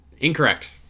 Incorrect